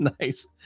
Nice